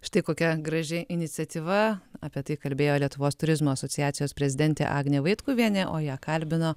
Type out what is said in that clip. štai kokia graži iniciatyva apie tai kalbėjo lietuvos turizmo asociacijos prezidentė agnė vaitkuvienė o ją kalbino